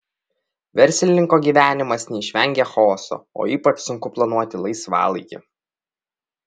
verslininko gyvenimas neišvengia chaoso o ypač sunku planuoti laisvalaikį